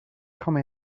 come